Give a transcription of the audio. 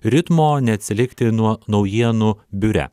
ritmo neatsilikti nuo naujienų biure